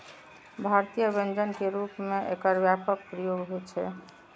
भारतीय व्यंजन के रूप मे एकर व्यापक प्रयोग होइ छै